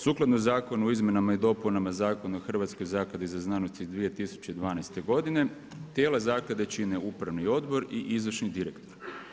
Sukladno Zakonu o izmjenama i dopunama Zakona o Hrvatskoj zakladi za znanost iz 2012. godine, tijelo zaklade čine Upravni odbor i izvršni direktor.